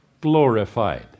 glorified